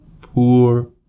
poor